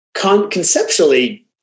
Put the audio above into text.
conceptually